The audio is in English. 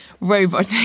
robot